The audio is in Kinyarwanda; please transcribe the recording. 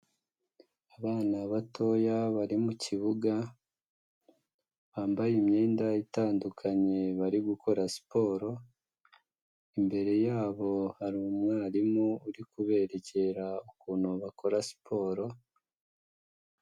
Abana batoya bari mukibuga, bambaye imyenda itandukanye, bari gukora siporo, imbere yabo hari umwarimu uri kubererekera ukuntu bakora siporo.